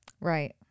Right